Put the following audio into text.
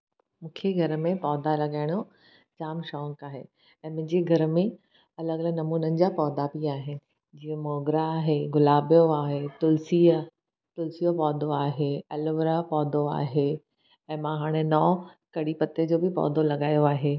मूंखे घर में पौधा लॻाइण जो जामु शौक़ु आहे ऐं मुंहिंजे घर में अलॻि अलॻि नमूनि जा पौधा बि आहिनि जीअं मोगरा आहे गुलाब जो आहे तुलसी तुलसी जो पौधो आहे ऐलोवेरा पौधो आहे ऐं मां हाणे नओं कढ़ी पते जो बि पौधो लॻायो आहे